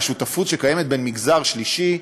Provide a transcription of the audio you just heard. השותפות שקיימת בין מגזר שלישי,